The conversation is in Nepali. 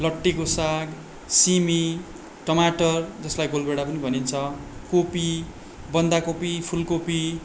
लट्टेको साग सिमी टमाटर जसलाई गोलभेँडा पनि भनिन्छ कोपी बन्दाकोपी फूलकोपी